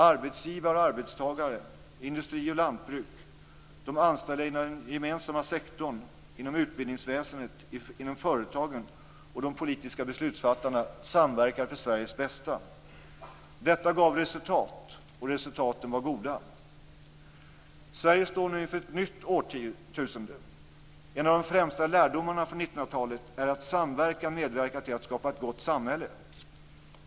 Arbetsgivare och arbetstagare, industri och lantbruk, de anställda inom den gemensamma sektorn, inom utbildningsväsendet och inom företagen samt de politiska beslutsfattarna samverkade för Sveriges bästa. Detta gav resultat, och resultaten var goda. Sverige står nu inför ett nytt årtusende. En av de främsta lärdomarna från 1900-talet är att samverkan medverkar till att skapa ett gott samhälle.